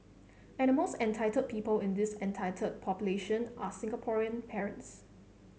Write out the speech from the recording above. and the most entitled people in this entitled population are Singaporean parents